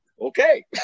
Okay